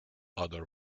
other